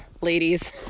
ladies